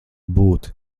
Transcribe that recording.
būt